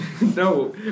No